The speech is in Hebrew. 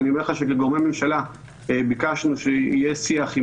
ואני אומר לך שכגורמי ממשלה ביקשנו שיהיה שיח עם